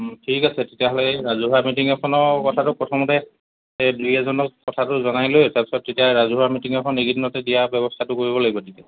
ঠিক আছে তেতিয়াহ'লে এই ৰাজহুৱা মিটিং এখনৰ কথাটো প্ৰথমতে এই দুই এজনক কথাটো জনাই লৈ তাৰপিছত তেতিয়া ৰাজহুৱা মিটিং এখন এইকেইদিনতে দিয়াৰ ব্যৱস্থাটো কৰিব লাগিব তেতিয়া